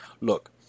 look